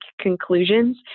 conclusions